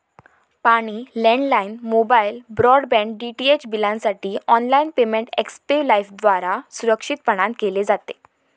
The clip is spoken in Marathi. पाणी, लँडलाइन, मोबाईल, ब्रॉडबँड, डीटीएच बिलांसाठी ऑनलाइन पेमेंट एक्स्पे लाइफद्वारा सुरक्षितपणान केले जाते